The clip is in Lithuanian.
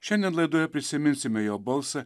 šiandien laidoje prisiminsime jo balsą